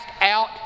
out